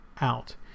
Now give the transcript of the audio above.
out